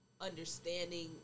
Understanding